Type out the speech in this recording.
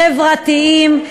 חברתיים,